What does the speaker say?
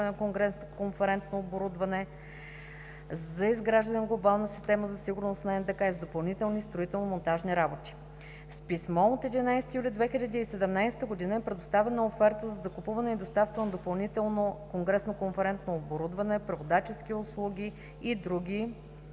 на конгресно конферентно оборудване за изграждане на глобална система за сигурност на НДК и за допълнителни строително-монтажни работи. С писмо от 11 юли 2017 г. е предоставена оферта за закупуване и доставка на допълнително конгресно-конферентно оборудване, преводачески услуги и други